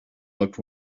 looked